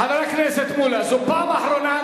חבר הכנסת מולה, זו פעם אחרונה.